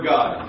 God